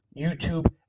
YouTube